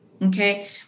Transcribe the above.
okay